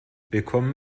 willkommen